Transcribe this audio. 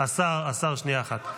השר, שנייה אחת.